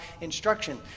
instruction